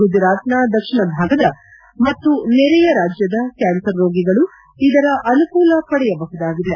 ಗುಜರಾತ್ನ ದಕ್ಷಿಣ ಭಾಗದ ಮತ್ತು ನೆರೆಯ ರಾಜ್ಯದ ಕ್ಲಾನ್ಸರ್ ರೋಗಿಗಳು ಇದರ ಅನುಕೂಲ ಪಡೆಯಬಹುದಾಗಿದೆ